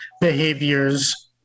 behaviors